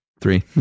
Three